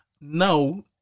Now